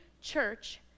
church